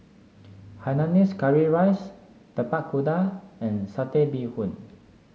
Hainanese Curry Rice Tapak Kuda and Satay Bee Hoon